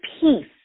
peace